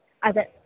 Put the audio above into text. അതെ